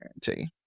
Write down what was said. guarantee